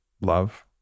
love